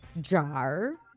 Jar